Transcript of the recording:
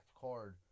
card